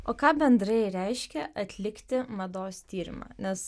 o ką bendrai reiškia atlikti mados tyrimą nes